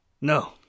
No